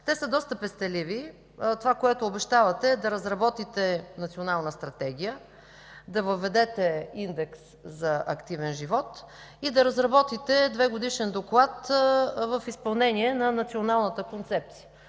Те са доста пестеливи. Това, което обещавате, е да разработите Национална стратегия, да въведете индекс за активен живот и да разработите двегодишен доклад в изпълнение на Националната концепция.